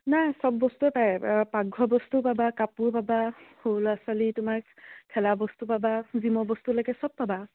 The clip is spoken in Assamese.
নাই চব বস্তুৰে পায় পাকঘৰ বস্তু পাবা কাপোৰ পাবা সৰু ল'ৰা ছোৱালী তোমাৰ খেলা বস্তু পাবা জিমৰ বস্তুলৈকে চব পাবা